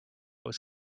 was